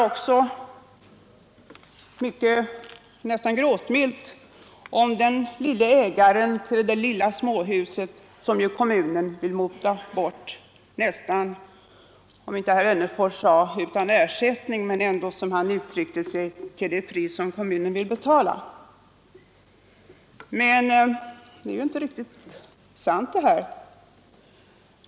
Han talar nästan gråtmilt om den lille ägaren till det lilla småhuset som kommunen vill mota bort, om inte utan ersättning så ändå, som herr Wennerfors uttryckte sig, till det pris som kommunen vill betala. Men detta är inte sant.